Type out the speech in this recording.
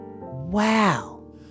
Wow